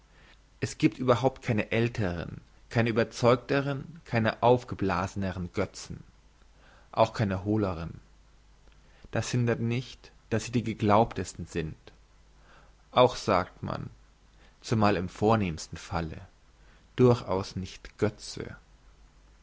es giebt überhaupt keine älteren keine überzeugteren keine aufgeblaseneren götzen auch keine hohleren das hindert nicht dass sie die geglaubtesten sind auch sagt man zumal im vornehmsten falle durchaus nicht götze